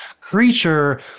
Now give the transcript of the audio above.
creature